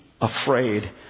afraid